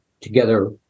together